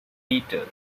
peter